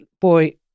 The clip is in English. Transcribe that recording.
boy